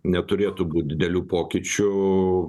neturėtų būt didelių pokyčių